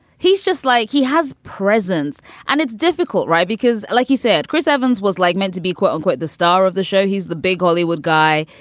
he's just like he has presence and it's difficult, right. because like you said, chris evans was like meant to be, quote unquote, the star of the show. he's the big hollywood guy.